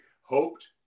hoped